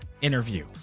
interview